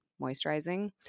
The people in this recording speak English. moisturizing